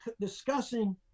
discussing